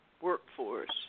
workforce